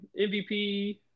MVP